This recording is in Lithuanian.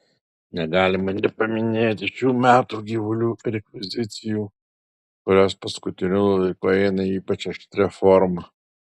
negalima nepaminėti šių metų gyvulių rekvizicijų kurios paskutiniu laiku eina ypač aštria forma